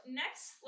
next